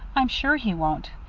i'm sure he won't.